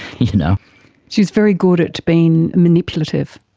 you know she is very good at being manipulative.